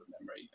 memory